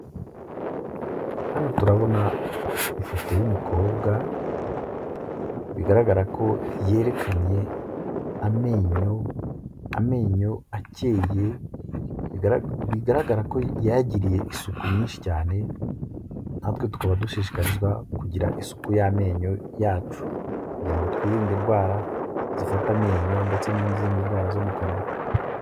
Hano turabona ifoto y'umukobwa bigaragara ko yerekanye amenyo, amenyo akeye bigaragara ko yayagiriye isuku nyinshi cyane, natwe tukaba dushishikarizwa kugira isuku y'amenyo yacu kugira ngo twirinde indwara zifata amenyo ndetse n'izindi ndwara zo mu kanwa.